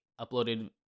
uploaded